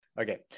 Okay